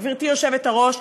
גברתי היושבת-ראש,